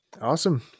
Awesome